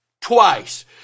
twice